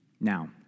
Now